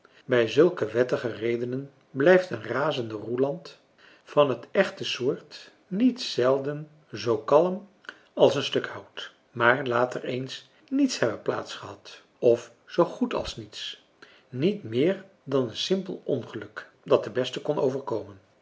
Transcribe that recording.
bij zulke wettige redenen blijft een razende roeland van het echte soort niet zelden zoo kalm als een stuk hout maar laat er eens niets hebben plaats gehad of zoo goed als niets niet meer dan een simpel ongeluk dat den beste kon overkomen